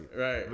right